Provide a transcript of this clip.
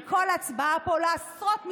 כי כל הצבעה פה עולה עשרות מיליונים,